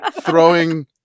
throwing